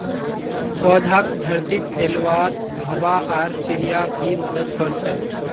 पौधाक धरतीत फैलवात हवा आर चिड़िया भी मदद कर छे